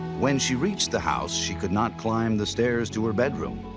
when she reached the house, she could not climb the stairs to her bedroom,